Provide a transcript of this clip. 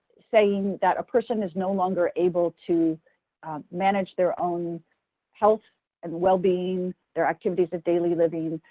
saying that a person is no longer able to manage their own health and wellbeing, their activities of daily living,